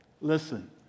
Listen